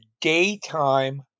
daytime